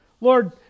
Lord